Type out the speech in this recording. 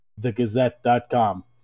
thegazette.com